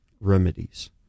remedies